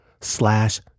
slash